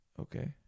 Okay